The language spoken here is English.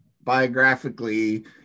biographically